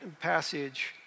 passage